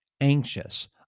anxious